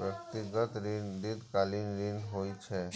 व्यक्तिगत ऋण दीर्घकालीन ऋण होइ छै